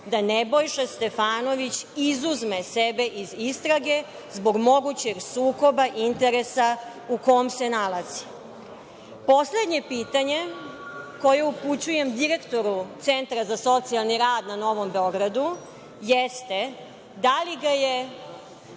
da Nebojša Stefanović izuzme sebe iz istrage, zbog mogućeg sukoba interesa u kom se nalazi. **Aleksandra Jerkov** Poslednje pitanje koje upućujem direktoru Centra za socijalni rad na Novom Beogradu jeste – da li ga je